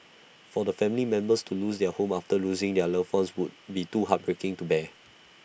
for family members to lose their home after losing their loved ones would be too heartbreaking to bear